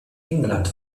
england